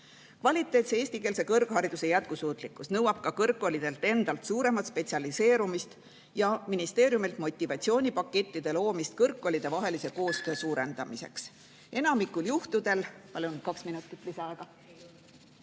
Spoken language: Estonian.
Kvaliteetse eestikeelse kõrghariduse jätkusuutlikkus nõuab ka kõrgkoolidelt endalt suuremat spetsialiseerumist ja ministeeriumilt motivatsioonipakettide loomist kõrgkoolidevahelise koostöö suurendamiseks. Enamikul juhtudel ... Palun kaks minutit lisaaega.